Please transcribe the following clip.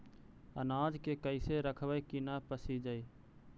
अनाज के कैसे रखबै कि न पसिजै?